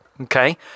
okay